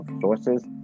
sources